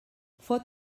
fot